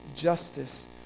justice